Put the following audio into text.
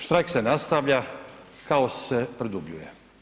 Štrajk se nastavlja, kaos se produbljuje.